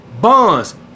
bonds